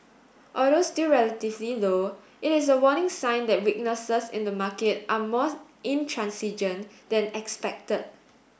although still relatively low it is a warning sign that weaknesses in the market are more intransigent than expected